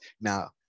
Now